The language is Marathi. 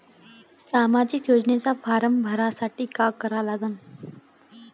सामाजिक योजनेचा फारम भरासाठी का करा लागन?